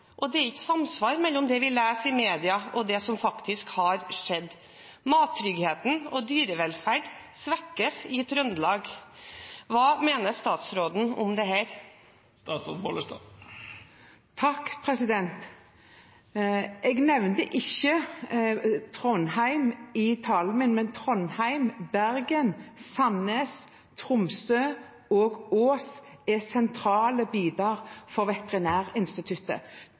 og det er ikke samsvar mellom det vi leser i media, og det som faktisk har skjedd. Mattryggheten og dyrevelferd svekkes i Trøndelag. Hva mener statsråden om dette? Jeg nevnte ikke Trondheim i innlegget mitt, men Trondheim, Bergen, Sandnes, Tromsø og Ås er sentrale deler av Veterinærinstituttet.